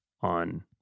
on